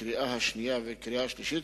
לקריאה השנייה והקריאה שלישית,